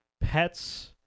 pets